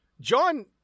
John